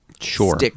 Sure